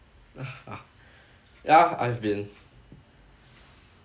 ya I've been